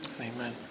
Amen